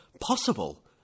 possible